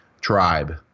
tribe